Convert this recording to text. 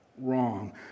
wrong